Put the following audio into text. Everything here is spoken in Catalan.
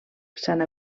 sant